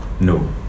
No